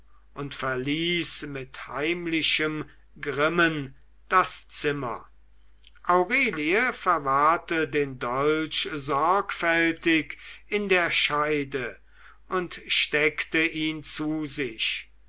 und verließ mit heimlichem grimme das zimmer aurelie verwahrte den dolch sorgfältig in der scheide und steckte ihn zu sich